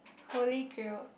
holy grail